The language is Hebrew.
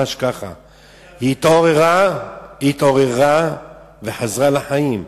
התעוררה וחזרה לחיים.